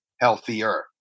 healthier